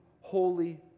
holy